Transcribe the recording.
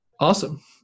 Awesome